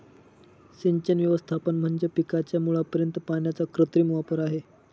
सिंचन व्यवस्थापन म्हणजे पिकाच्या मुळापर्यंत पाण्याचा कृत्रिम वापर आहे